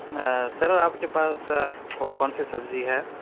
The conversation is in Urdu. سر آپ کے پاس کون کون سے سبزی ہے